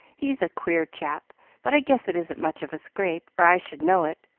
he's a queer chap but i guess it isn't much of a scrape, or i should know it.